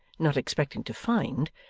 not expecting to find,